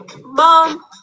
Mom